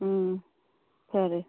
ꯎꯝ ꯐꯔꯦ